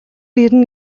ирнэ